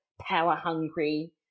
power-hungry